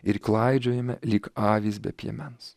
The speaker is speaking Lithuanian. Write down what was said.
ir klaidžiojame lyg avys be piemens